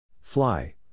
Fly